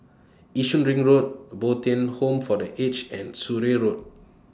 Yishun Ring Road Bo Tien Home For The Aged and Surrey Road